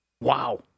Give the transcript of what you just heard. Wow